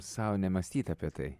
sau nemąstyt apie tai